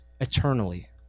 eternally